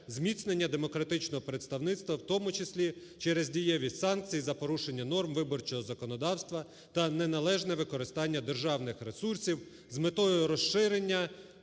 зміцнення демократичного представництва, в тому числі через дієвість санкцій за порушення норм виборчого законодавства та неналежне використання державних ресурсів з метою розширення